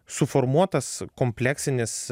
suformuotas kompleksinis